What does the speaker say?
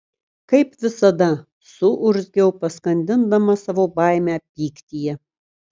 kaip visada suurzgiau paskandindama savo baimę pyktyje